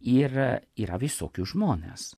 ir yra visokius žmones